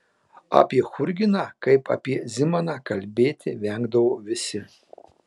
apie churginą kaip apie zimaną kalbėti vengdavo visi